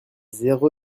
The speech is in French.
zéro